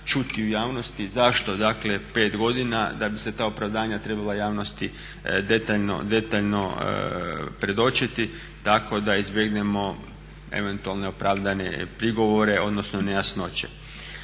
čuti u javnosti zašto dakle 5 godina da bi se ta opravdavanja trebala javnosti detaljno predočiti tako da izbjegnemo eventualne opravdane prigovore, odnosno nejasnoće.